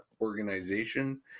organization